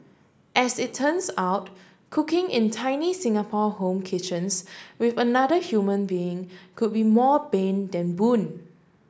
as it turns out cooking in tiny Singapore home kitchens with another human being could be more bane than boon